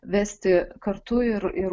vesti kartu ir ir